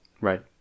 Right